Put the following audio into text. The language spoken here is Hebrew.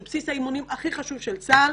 זה בסיס האימונים הכי חשוב של צה"ל,